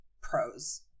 pros